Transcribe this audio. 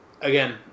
again